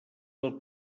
del